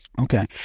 Okay